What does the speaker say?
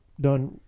done